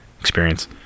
experience